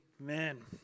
Amen